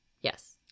Yes